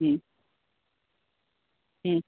হুম হুম